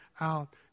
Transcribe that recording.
out